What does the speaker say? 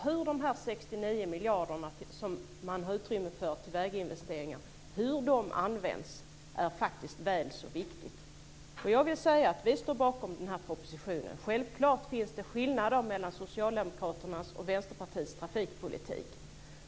Hur de 69 miljarderna, som man har utrymme för till väginvesteringar, används är faktiskt väl så viktigt. Vi står bakom propositionen. Självklart finns det skillnader mellan Socialdemokraternas och Västerpartiets trafikpolitik.